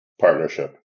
Partnership